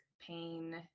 pain